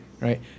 right